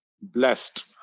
blessed